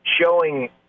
showing